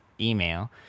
email